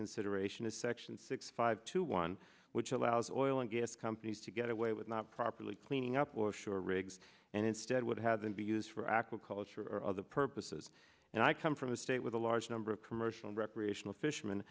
consideration to section six five two one which allows oil and gas companies to get away with not properly cleaning up or shore rigs and instead would have been be used for aquaculture or other purposes and i come from a state with a large number of commercial recreational fisherman